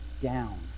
down